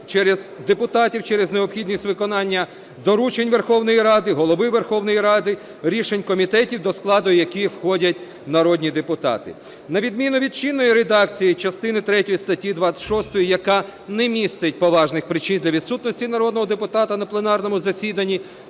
Ради депутатів через необхідність виконання доручень Верховної Ради Голови Верховної Ради, рішень комітетів, до складу яких входять народні депутати. На відміну від чинної редакції, частини третьої статті 26, яка не містить поважних причин для відсутності народного депутата на пленарному засіданні